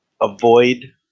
avoid